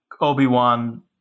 Obi-Wan